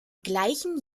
gleichen